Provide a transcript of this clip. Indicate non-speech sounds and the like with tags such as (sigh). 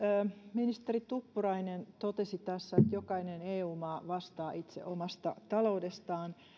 ministeri tuppurainen totesi tässä (unintelligible) (unintelligible) että jokainen eu maa vastaa itse omasta taloudestaan